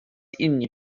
inni